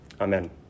Amen